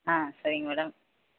ஆ சரிங்க மேடம்